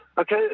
Okay